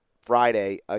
Friday